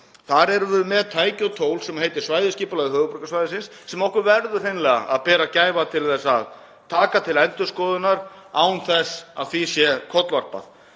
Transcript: Þar erum við með tæki og tól sem heitir svæðisskipulag höfuðborgarsvæðisins sem við verðum hreinlega að bera gæfu til þess að taka til endurskoðunar án þess að því sé kollvarpað.